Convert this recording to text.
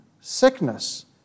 sickness